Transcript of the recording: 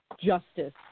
justice